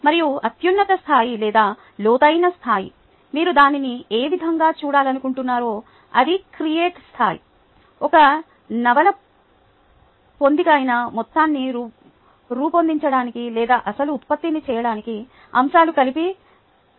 మరియు అత్యున్నత స్థాయి లేదా లోతైన స్థాయి మీరు దానిని ఏ విధంగా చూడాలనుకుంటున్నారో అది క్రియేట్ స్థాయి ఒక నవల పొందికైన మొత్తాన్ని రూపొందించడానికి లేదా అసలు ఉత్పత్తిని చేయడానికి అంశాలను కలిపి ఉంచడం